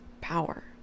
power